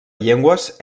llegües